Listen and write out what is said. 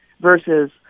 versus